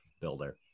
Builder